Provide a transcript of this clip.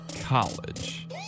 college